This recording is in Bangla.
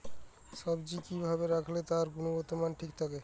সবজি কি ভাবে রাখলে তার গুনগতমান ঠিক থাকবে?